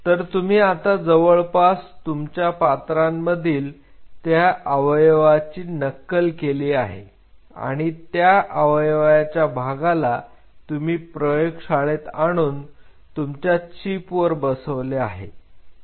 तर तुम्ही आता जवळपास तुमच्या पात्रांमधील त्या अवयवाची नक्कल केली आहे आणि त्या अवयवाच्या भागाला तुम्ही प्रयोगशाळेत आणून तुमच्या चीप वर बसवले आहे